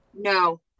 No